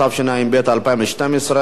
התשע"ב 2012,